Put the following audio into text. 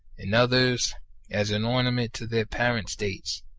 in others as an ornament to their parent states.